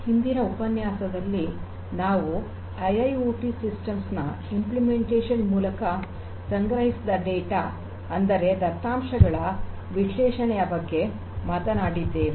ಹಿಂದಿನ ಉಪನ್ಯಾಸದಲ್ಲಿ ನಾವು ಐಐಓಟಿ ಸಿಸ್ಟಮ್ಸ್ ನ ಅನುಷ್ಠಾನದ ಮೂಲಕ ಸಂಗ್ರಹಿಸಿದ ಡೇಟಾ ಅಂದರೆ ದತ್ತಾಂಶಗಳ ವಿಶ್ಲೇಷಣೆಯ ಬಗ್ಗೆ ಮಾತನಾಡಿದ್ದೇವೆ